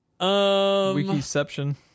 Wikiception